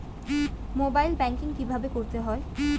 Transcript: Mobile banking কীভাবে করতে হয়?